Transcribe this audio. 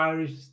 Irish